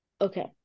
Okay